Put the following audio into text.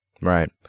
Right